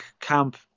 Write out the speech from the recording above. camp